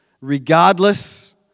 regardless